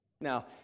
Now